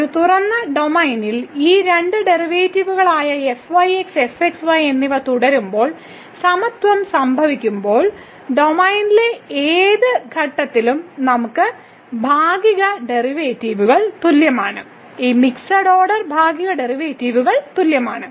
ഒരു തുറന്ന ഡൊമെയ്നിൽ ഈ രണ്ട് ഡെറിവേറ്റീവുകളായ fyx fxy എന്നിവ തുടരുമ്പോൾ സമത്വം സംഭവിക്കുമ്പോൾ ഡൊമെയ്നിലെ ഏത് ഘട്ടത്തിലും നമുക്ക് ഭാഗിക ഡെറിവേറ്റീവുകൾ തുല്യമാണ് ഈ മിക്സഡ് ഓർഡർ ഭാഗിക ഡെറിവേറ്റീവുകൾ തുല്യമാണ്